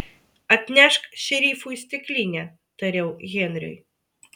atnešk šerifui stiklinę tariau henriui